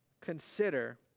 consider